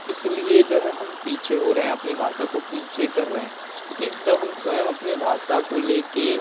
इसलिए जो है हम पीछे हो रहे अपनी भाषा को पीछे कर रहें क्योंकि जब हम स्वयं अपनी भाषा को लेकर